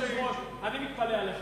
אני מתפלא עליך,